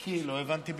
כי לא הבנתי בדיוק.